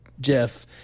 Jeff